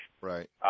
Right